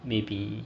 maybe